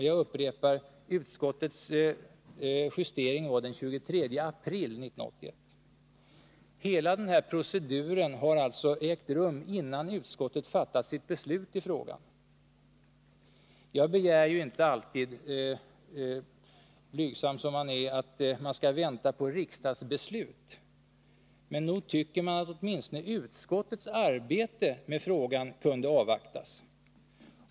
Jag upprepar att utskottets justering gjordes den 23 april 1981. Hela denna procedur har alltså ägt rum innan utskottet fattat sitt beslut i frågan. Jag begär inte, blygsam som jag är, att man alltid skall vänta på riksdagsbeslut. Men nog tycker jag att åtminstone utskottets arbete med frågan kunde avvaktas.